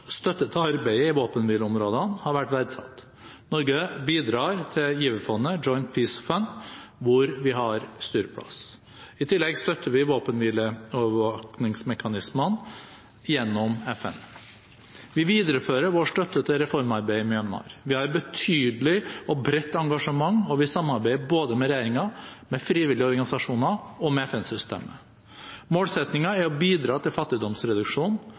støtte til arbeidet i våpenhvileområdene har vært verdsatt. Norge bidrar til giverfondet «Joint Peace Fund», hvor vi har styreplass. I tillegg støtter vi våpenhvileovervåkningsmekanismen gjennom FN. Vi viderefører vår støtte til reformarbeidet i Myanmar. Vi har et betydelig og bredt engasjement, og vi samarbeider både med regjeringen, med frivillige organisasjoner og med FN-systemet. Målsettingen er å bidra til fattigdomsreduksjon,